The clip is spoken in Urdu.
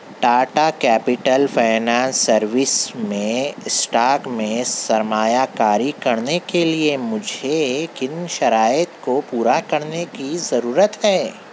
ٹاٹا کیپٹل فائنانس سروس میں اسٹاک میں سرمایہ کاری کرنے کے لیے مجھے کن شرائط کو پورا کرنے کی ضرورت ہے